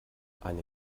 eine